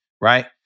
Right